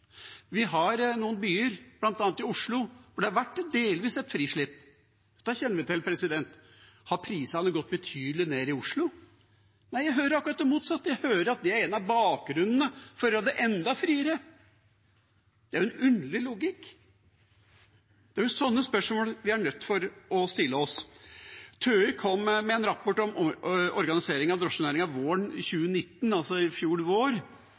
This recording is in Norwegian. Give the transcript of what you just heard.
Vi har noen byer, bl.a. Oslo, hvor det har vært delvis frislipp. Det kjenner vi til. Har prisene gått betydelig ned i Oslo? Nei, jeg hører akkurat det motsatte: Jeg hører at det er noe av bakgrunnen for å gjøre det enda friere. Det er en underlig logikk. Det er sånne spørsmål vi er nødt til å stille oss. TØI kom med en rapport om organisering av drosjenæringen våren 2019, altså i fjor vår.